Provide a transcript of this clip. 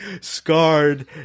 scarred